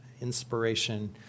inspiration